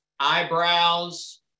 eyebrows